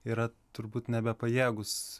yra turbūt nebepajėgūs